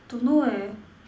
don't know eh